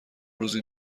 روزی